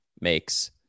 makes